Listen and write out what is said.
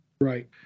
right